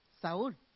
Saúl